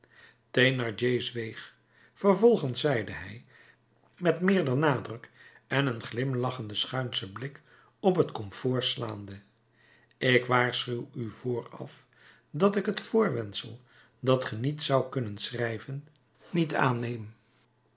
thénardier zweeg vervolgens zeide hij met meerder nadruk en een glimlachenden schuinschen blik op het komfoor slaande ik waarschuw u vooraf dat ik het voorwendsel dat ge niet zoudt kunnen schrijven niet aanneem